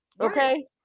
Okay